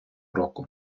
року